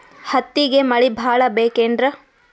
ಹತ್ತಿಗೆ ಮಳಿ ಭಾಳ ಬೇಕೆನ್ರ?